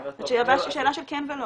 זו שאלה של כן או לא.